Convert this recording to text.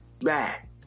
back